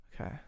okay